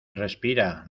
respira